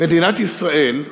מדינת ישראל,